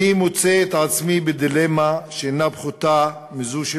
אני מוצא את עצמי בדילמה שאינה פחותה מזו של